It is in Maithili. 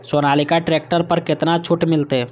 सोनालिका ट्रैक्टर पर केतना छूट मिलते?